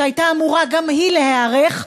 שהייתה אמורה גם היא להיערך,